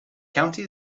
county